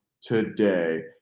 today